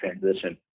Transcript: transition